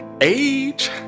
age